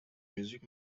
music